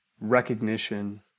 recognition